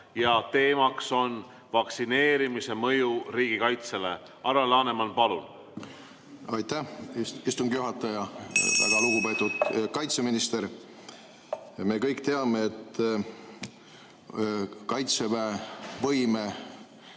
Teema on vaktsineerimise mõju riigikaitsele. Alar Laneman, palun! Aitäh, istungi juhataja! Väga lugupeetud kaitseminister! Me kõik teame, et kaitseväe võimekus